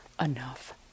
enough